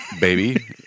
Baby